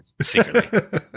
secretly